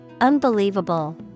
Unbelievable